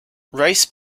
rice